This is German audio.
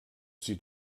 sie